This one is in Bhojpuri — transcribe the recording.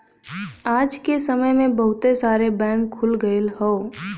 आज के समय में बहुत सारे बैंक खुल गयल हौ